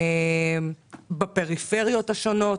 בפריפריות השונות.